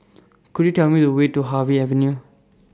Could YOU Tell Me The Way to Harvey Avenue